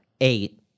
eight